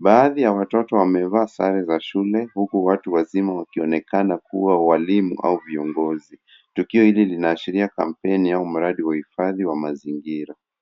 Baadhi ya watoto wamevaa sare za shule huku watu wazima wakionekana kuwa walimu au viongozi. Tukio hili linaashiria kampeni au mradi wa hifadhi wa mazingira.